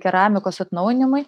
keramikos atnaujinimui